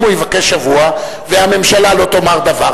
אם הוא יבקש שבוע והממשלה לא תאמר דבר,